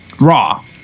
Raw